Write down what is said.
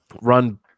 run